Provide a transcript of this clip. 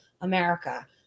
America